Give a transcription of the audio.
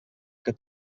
que